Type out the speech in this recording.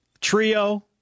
Trio